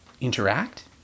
interact